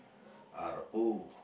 R O